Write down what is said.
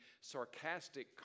sarcastic